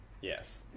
Yes